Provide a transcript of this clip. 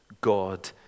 God